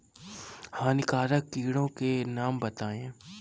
हानिकारक कीटों के नाम बताएँ?